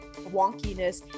wonkiness